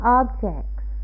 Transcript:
objects